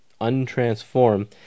untransform